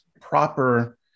proper